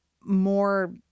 more